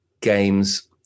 games